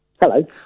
Hello